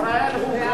ישראל הוכרה,